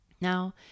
Now